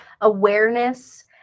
awareness